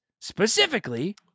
specifically